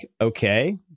okay